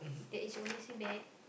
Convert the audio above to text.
that is obviously bad